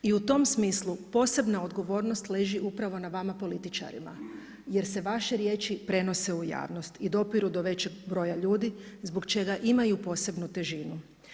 I u tom smislu posebna odgovornost leži upravo na vama političarima jer se vaše riječi prenose u javnost i dopiru do većeg broja ljudi zbog čega imaju posebnu težinu.